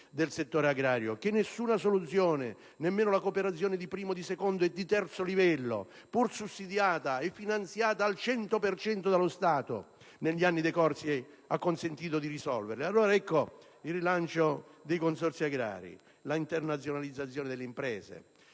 del settore agrario, che nessuna soluzione, nemmeno la cooperazione di primo, di secondo e di terzo livello, pur sussidiata e finanziata al 100 per cento dallo Stato negli anni decorsi, ha consentito di risolvere. Ecco allora il rilancio dei consorzi agrari, l'internazionalizzazione delle imprese.